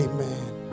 Amen